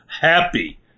happy